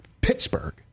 Pittsburgh